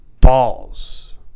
balls